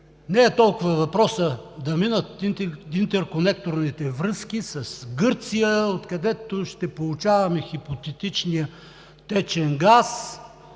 Не е толкова въпросът да минат интерконекторните връзки с Гърция през страната, откъдето ще получаваме хипотетичния течен газ